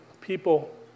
people